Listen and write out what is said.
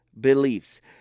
beliefs